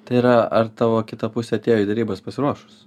tai yra ar tavo kita pusė atėjo į derybas pasiruošus